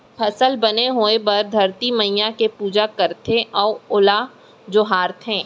फसल बने होए बर धरती मईया के पूजा करथे अउ ओला जोहारथे